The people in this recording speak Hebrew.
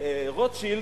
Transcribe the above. ברוטשילד,